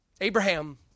Abraham